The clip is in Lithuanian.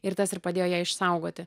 ir tas ir padėjo ją išsaugoti